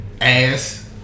Ass